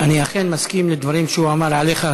אני אכן מסכים לדברים שהוא אמר עליך,